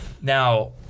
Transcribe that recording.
Now